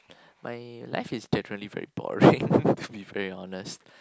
my life is definitely very boring to be very honest